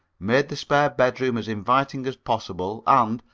made the spare bedroom as inviting as possible, and,